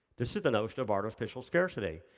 this is the notion of artificial scarcity.